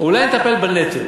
אולי נטפל בנטל?